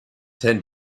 tend